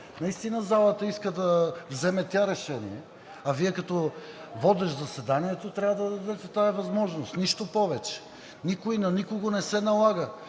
наистина залата иска тя да вземе решение. А Вие като водещ заседанието трябва да дадете тази възможност. Нищо повече. Никой на никого не се налага.